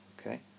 Okay